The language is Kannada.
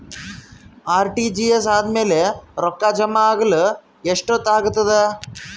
ಆರ್.ಟಿ.ಜಿ.ಎಸ್ ಆದ್ಮೇಲೆ ರೊಕ್ಕ ಜಮಾ ಆಗಲು ಎಷ್ಟೊತ್ ಆಗತದ?